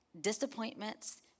disappointments